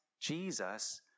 Jesus